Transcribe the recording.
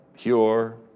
pure